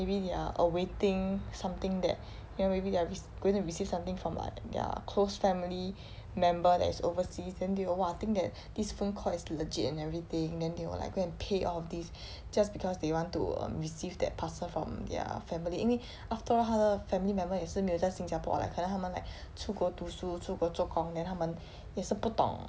maybe they are awaiting something that you know maybe they are re~ going to receive something from like their close family member that is overseas then they will !wah! think that this phone call is legit and everything then they will like go and pay all of these just because they want to um receive that parcel from their family 因为 after all 他的 family member 也是没有在新加坡 leh 可能他们 like 出国读书出国做工 then 他们也是不懂